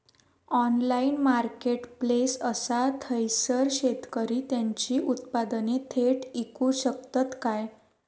Online marketplace असा थयसर शेतकरी त्यांची उत्पादने थेट इकू शकतत काय?